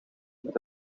met